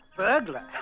Burglar